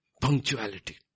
punctuality